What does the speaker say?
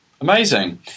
Amazing